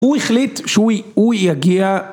הוא החליט שהוא יגיע.